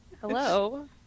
Hello